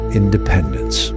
independence